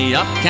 up